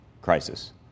crisis